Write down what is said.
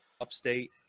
upstate